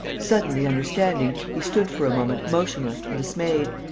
suddenly understanding, he stood for a moment motionless and dismayed,